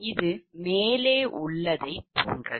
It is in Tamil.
இது மேலே உள்ளதைப் போன்றது